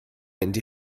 mynd